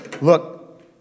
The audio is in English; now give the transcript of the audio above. look